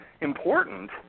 important